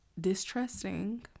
distrusting